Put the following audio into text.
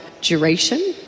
duration